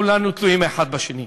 כולנו תלויים אחד בשני.